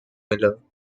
miller